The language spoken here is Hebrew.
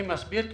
אני מסביר.